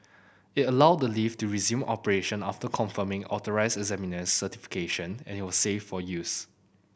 it allowed the lift to resume operation after confirming authorised examiner's certification it was safe for use